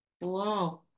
Wow